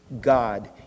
God